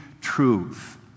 truth